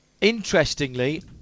Interestingly